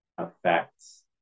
Affects